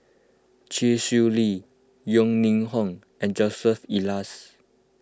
Chee Swee Lee Yeo Ning Hong and Joseph Elias